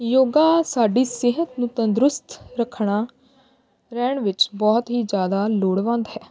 ਯੋਗਾ ਸਾਡੀ ਸਿਹਤ ਨੂੰ ਤੰਦਰੁਸਤ ਰੱਖਣਾ ਰਹਿਣ ਵਿੱਚ ਬਹੁਤ ਹੀ ਜ਼ਿਆਦਾ ਲੋੜਵੰਦ ਹੈ